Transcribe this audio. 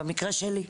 במקרה שלי.